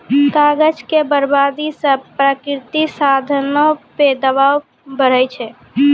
कागज के बरबादी से प्राकृतिक साधनो पे दवाब बढ़ै छै